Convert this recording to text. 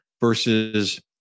versus